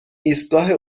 ایستگاه